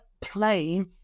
play